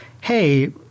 hey –